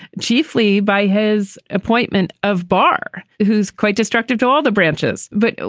chiefly by his appointment of barr, who's quite destructive to all the branches. but,